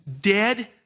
dead